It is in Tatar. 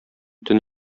төн